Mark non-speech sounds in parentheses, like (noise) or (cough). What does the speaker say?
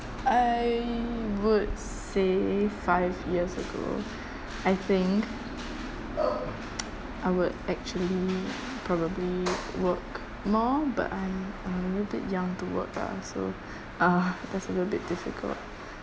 I would say five years ago I think (noise) I would actually probably work more but I'm I'm a little bit young to work ah so uh that's a little bit diffficult